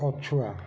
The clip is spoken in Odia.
ପଛୁଆ